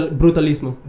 brutalismo